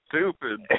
stupid